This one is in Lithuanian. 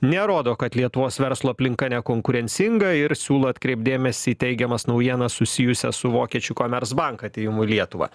nerodo kad lietuvos verslo aplinka nekonkurencinga ir siūlo atkreipt dėmesį į teigiamas naujienas susijusias su vokiečių commerzbank atėjimu į lietuvą